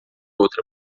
outra